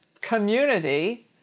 community